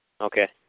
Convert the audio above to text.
Okay